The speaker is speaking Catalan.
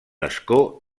escó